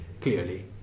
clearly